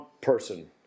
person